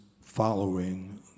following